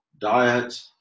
diet